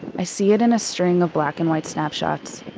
i see it in a string of black and white snapshots.